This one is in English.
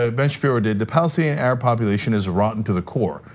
ah ben shapiro did, the policy in arab population is rotten to the core.